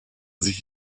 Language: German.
sich